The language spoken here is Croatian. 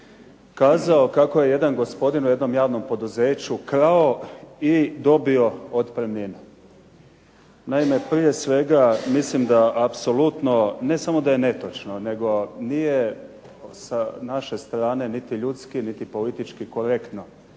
kazao kako je jedan gospodin u jednom javnom poduzeću krao i dobio otpremninu. Naime, prije svega mislim da apsolutno ne samo da je netočno nego nije sa naše strane niti ljudski niti politički korektno